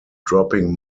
dropping